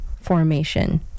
formation